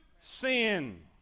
Sin